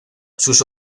sus